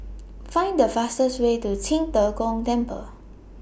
Find The fastest Way to Qing De Gong Temple